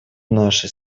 нашей